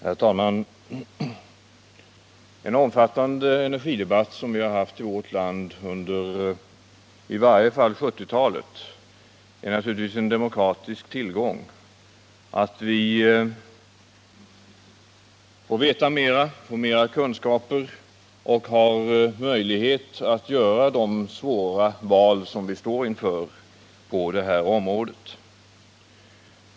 Herr talman! En omfattande energidebatt, som vi har haft i vårt land i varje fall under 1970-talet, är naturligtvis en demokratisk tillgång. Vi får därigenom mera kunskaper och har bättre möjligheter att göra de svåra val som vi står inför på det här området.